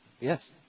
Yes